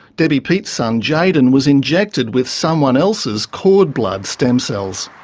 debbie peat's son, jayden, was injected with someone else's cord-blood stem cells.